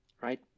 right